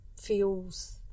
feels